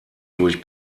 durch